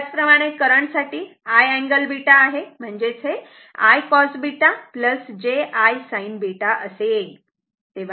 त्याचप्रमाणे करंट साठी हे I अँगल β आहे म्हणजेच हे I cos β j I sin β असे येईल